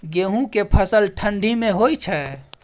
गेहूं के फसल ठंडी मे होय छै?